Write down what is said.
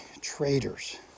traitors